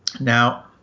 Now